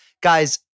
Guys